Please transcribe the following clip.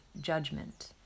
judgment